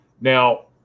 Now